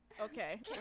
Okay